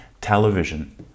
television